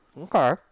Okay